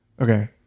Okay